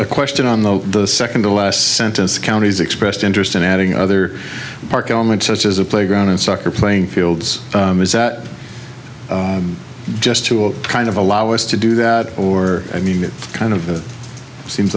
a question on the second to last sentence county's expressed interest in adding other park elements such as a playground and soccer playing fields is that just to kind of allow us to do that or i mean it kind of seems